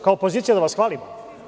Kao opozicija da vas hvalimo?